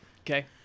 Okay